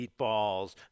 meatballs